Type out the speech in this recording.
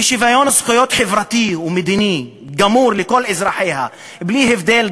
ושוויון זכויות חברתי ומדיני גמור לכל אזרחיה בלי הבדל,